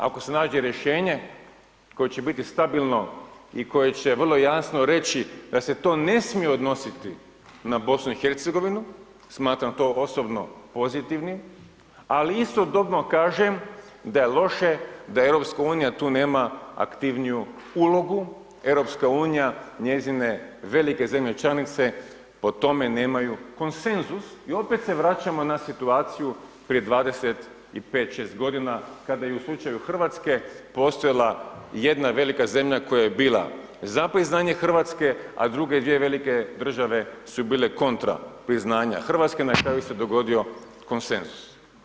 Ako se nađe rješenje koje će biti stabilno i koje će vrlo jasno reći da se to ne smije odnositi na BiH, smatram to osobno pozitivnim, ali istodobno kažem da je loše da EU tu nema aktivniju ulogu, EU, njezine velike zemlje članice, o tome nemaju konsenzus i opet se vraćamo na situaciju prije 25, 26 godina kada je u slučaju Hrvatske postojala jedna velika zemlja koja je bila za priznanje Hrvatske, a druge dvije velike države su bile kontra priznanja Hrvatske, na kraju se dogodio konsenzus.